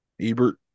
Ebert